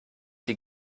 die